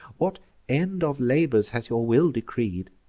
what end of labors has your will decreed?